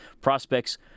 Prospects